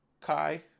Kai